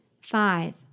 Five